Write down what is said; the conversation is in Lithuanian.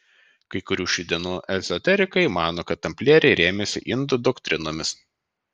kai kurie šių dienų ezoterikai mano kad tamplieriai rėmėsi indų doktrinomis